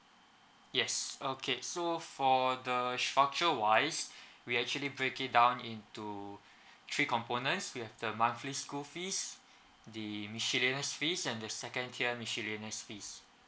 yes okay so for the structure wise we actually break it down into three components we have the monthly school fees the miscellaneous fees and the second tier miscellaneous fees